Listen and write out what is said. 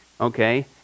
Okay